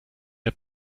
der